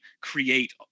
create